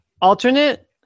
Alternate